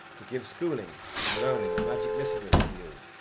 to give schooling and learning and magic mystery to you,